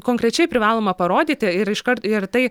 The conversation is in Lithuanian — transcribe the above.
konkrečiai privaloma parodyti ir iškart ir tai